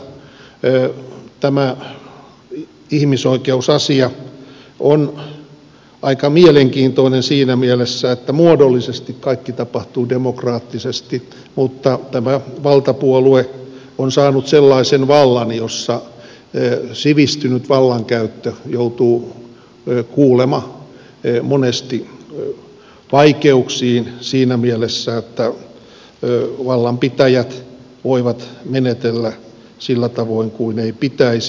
unkarissa tämä ihmisoikeusasia on aika mielenkiintoinen siinä mielessä että muodollisesti kaikki tapahtuu demokraattisesti mutta tämä valtapuolue on saanut sellaisen vallan että sivistynyt vallankäyttö joutuu kuulemma monesti vaikeuksiin siinä mielessä että vallanpitäjät voivat menetellä sillä tavoin kuin ei pitäisi